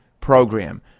program